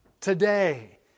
today